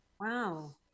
Wow